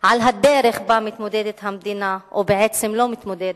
על הדרך שבה מתמודדת המדינה, או בעצם לא מתמודדת,